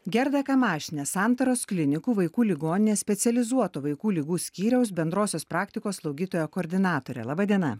gerda kamašinė santaros klinikų vaikų ligoninės specializuoto vaikų ligų skyriaus bendrosios praktikos slaugytoja koordinatorė laba diena